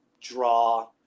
draw